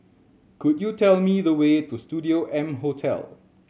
could you tell me the way to Studio M Hotel